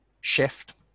shift